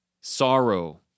sorrow